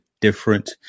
different